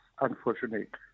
unfortunate